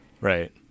Right